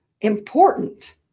important